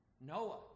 Noah